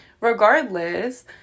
regardless